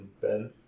Ben